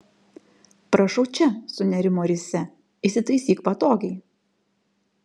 prašau čia sunerimo risia įsitaisyk patogiai